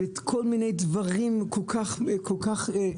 בכל מיני דברים כל כך שטותיים,